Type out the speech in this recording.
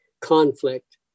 conflict